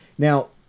Now